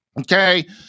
Okay